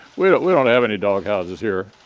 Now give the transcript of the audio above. we don't we don't have any dog houses here.